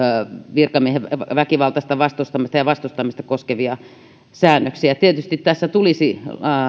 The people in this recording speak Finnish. virkamiehen väkivaltaista vastustamista ja vastustamista koskevia säännöksiä tietysti tässä tulisi